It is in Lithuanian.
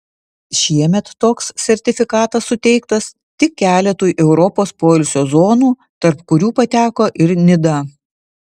šiemet toks sertifikatas suteiktas tik keletui europos poilsio zonų tarp kurių pateko ir nida